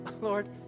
Lord